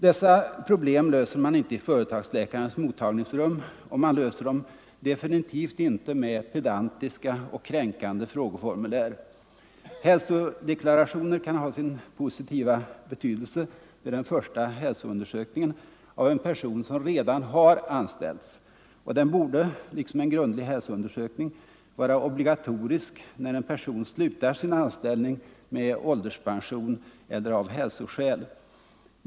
Dessa problem löser man inte i företagsläkarens mottagningsrum, och man löser dem definitivt inte med pedantiska och försåtliga frågeformulär. Hälsodeklarationen kan ha sin positiva betydelse vid den första hälsoundersökningen av en person som redan har anställts. Och den borde —- liksom en grundlig hälsoundersökning — vara obligatorisk när en person slutar sin anställning med ålderspension eller av hälsoskäl.